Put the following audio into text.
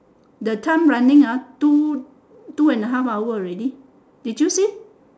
the time running ah two two and a half hour already did you see